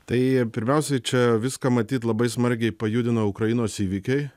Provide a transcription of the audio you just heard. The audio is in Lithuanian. tai pirmiausiai čia viską matyt labai smarkiai pajudino ukrainos įvykiai